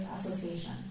Association